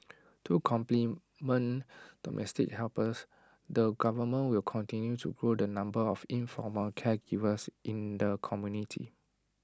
to complement domestic helpers the government will continue to grow the number of informal caregivers in the community